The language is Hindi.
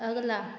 अगला